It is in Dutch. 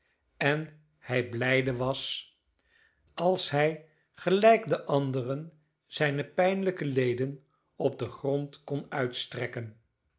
en hij blijde was als hij gelijk de anderen zijne pijnlijke leden op den grond kon uitstrekken